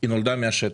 נולדה מהשטח.